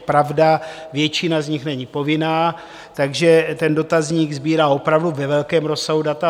Pravda, většina z nich není povinná, takže ten dotazník sbírá opravdu ve velkém rozsahu data.